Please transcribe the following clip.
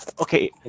Okay